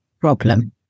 problem